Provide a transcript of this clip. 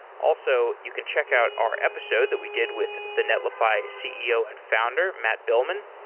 also, you can check out our episode that we did with the netlify ceo and founder matt billman.